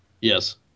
Yes